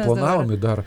planavom į dar